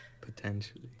Potentially